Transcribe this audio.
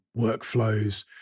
workflows